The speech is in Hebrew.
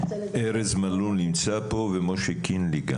ארז מלול נמצא פה ומשה קינלי.